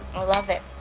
i love it